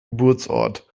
geburtsort